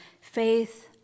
faith